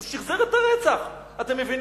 הוא שחזר את הרצח, אתם מבינים?